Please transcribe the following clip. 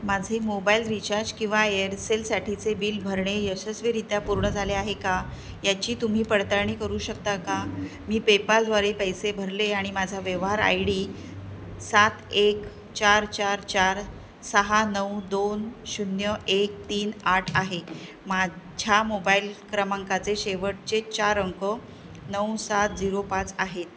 माझे mobile recharge किंवा एअरसेलसाठीचे बिल भरणे यशस्वीरित्या पूर्ण झाले आहे का याची तुम्ही पडताळणी करू शकता का मी पेपालद्वारे पैसे भरले आणि माझा व्यवहार आय डी सात एक चार चार चार सहा नऊ दोन शून्य एक तीन आठ आहे माझ्या मोबाईल क्रमांकाचे शेवटचे चार अंक नऊ सात झिरो पाच आहेत